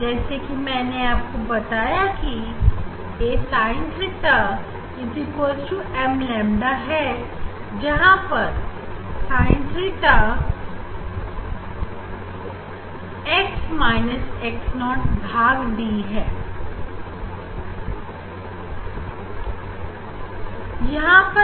जैसे कि मैंने आपको बताया कि a sin theta m lambda है जहां पर sin theta x minus x 0 भाग D है